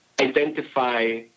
identify